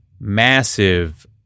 massive